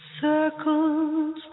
circles